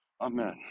Amen